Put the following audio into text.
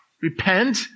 Repent